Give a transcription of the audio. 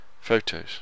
photos